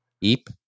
Eep